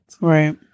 Right